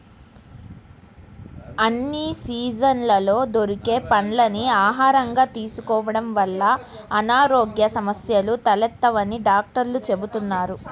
అన్ని సీజన్లలో దొరికే పండ్లని ఆహారంగా తీసుకోడం వల్ల అనారోగ్య సమస్యలు తలెత్తవని డాక్టర్లు చెబుతున్నారు